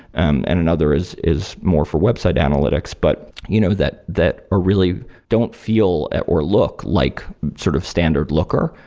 and and another is is more for website analytics but you know that that or really don't feel or look like sort of standard looker,